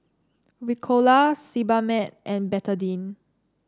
Ricola Sebamed and Betadine